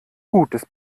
gutes